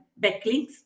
backlinks